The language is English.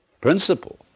principle